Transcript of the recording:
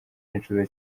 nicuza